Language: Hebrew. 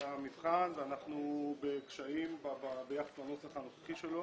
למבחן ואנחנו בקשיים ביחס לנוסח הנוכחי שלו.